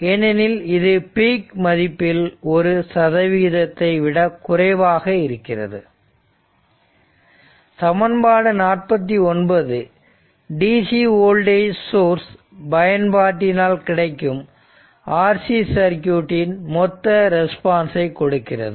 ஏனெனில் இது பீக் மதிப்பில் ஒரு சதவிகிதத்தை விட குறைவாக இருக்கிறது சமன்பாடு 49 DC வோல்டேஜ் சோர்ஸ் பயன்பாட்டினால் கிடைக்கும் RC சர்க்யூட் இன் மொத்த ரெஸ்பான்ஸை கொடுக்கிறது